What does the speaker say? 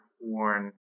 worn